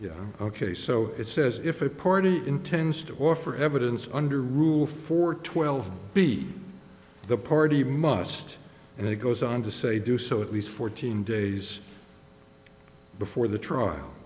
old ok so it says if a party intends to offer evidence under rule for twelve b the party must and it goes on to say do so at least fourteen days before the trial